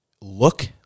look